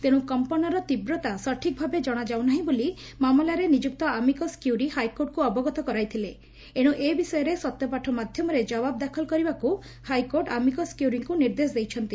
ତେଣୁ କମ୍ମନର ତୀବ୍ରତା ସଠିକ୍ ଭାବେ ଜଶାଯାଉ ନାହି ବୋଲି ମାମଲାରେ ନିଯୁକ୍ତି ଆମିକସ୍କ୍ୟୁରି ହାଇକୋର୍ଟକୁ ଅବଗତ କରାଇଥିଲେ ଏଣୁ ଏ ବିଷୟରେ ସତ୍ୟପାଠ ମାଧ୍ଧମରେ ଜବାବ ଦାଖଲ କରିବାକୁ ହାଇକୋର୍ଟ ଆମିକସ୍ କ୍ୟରିଙ୍କୁ ନିର୍ଦ୍ଦେଶ ଦେଇଛନ୍ତି